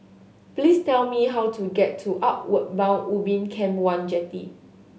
please tell me how to get to Outward Bound Ubin Camp One Jetty